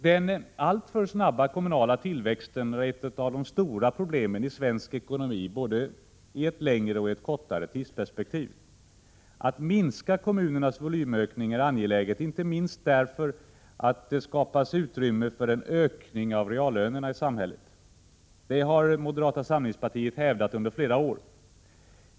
Den alltför snabba kommunala tillväxten är ett av de stora problemen i svensk ekonomi både i ett längre och i ett kortare tidsperspektiv. Att minska kommunernas volymökning är angeläget inte minst därför att det skapas utrymme för en ökning av reallönerna i samhället. Detta har moderata 9 samlingspartiet hävdat under flera år.